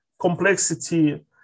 complexity